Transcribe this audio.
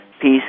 peace